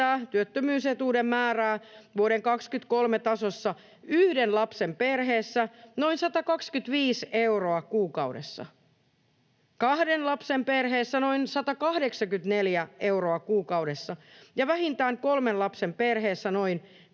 työttömyysetuuden määrää vuoden 23 tasossa yhden lapsen perheessä noin 125 euroa kuukaudessa, kahden lapsen perheessä noin 184 euroa kuukaudessa ja vähintään kolmen lapsen perheessä noin